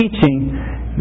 teaching